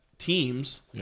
Teams